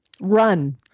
run